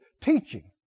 teaching